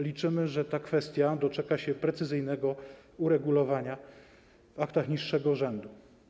Liczymy, że ta kwestia doczeka się precyzyjnego uregulowania w aktach niższego rzędu.